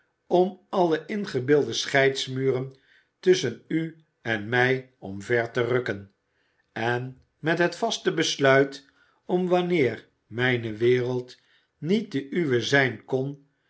om alle ingebeelde scheidsmuren tusschen u en mij omver te rukken en met het vaste besluit om wanneer mijne wereld niet de uwe zijn kon